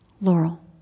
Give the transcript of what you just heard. Laurel